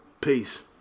Peace